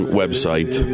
website